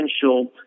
potential